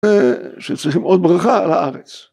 שצריכים עוד ברכה לארץ